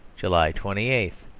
july twenty eight.